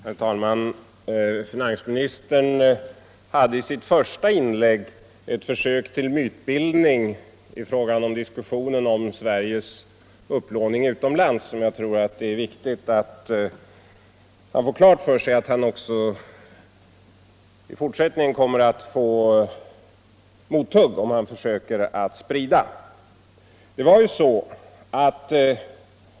Herr talman! Finansministern gjorde i sitt första inlägg ett försök till mytbildning i fråga om diskussionen om Sveriges upplåning utomlands, och jag tror att det är viktigt att han får klart för sig att han också i fortsättningen kommer att få mothugg om han försöker sprida den.